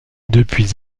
depuis